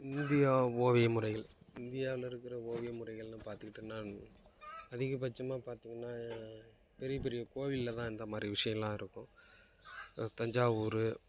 India ஓவிய முறைகள் இந்தியாவில் இருக்கிற ஓவிய முறைகள்னு பாத்துக்கிட்டானா அதிகபட்சமாக பார்த்தோம்னா பெரிய பெரிய கோவிலில் தான் இந்தமாதிரி விஷயம்லாம் இருக்கும் தஞ்சாவூர்